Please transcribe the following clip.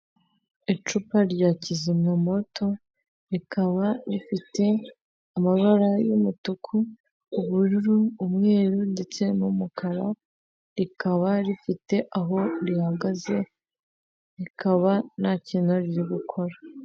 Icupa rya kizimyamwoto; rikaba rifite amabara y'umutuku, ubururu, umweru ndetse n'umukara, rikaba rifite aho rihagaze rikaba nta kintu riri gukora.